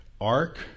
ark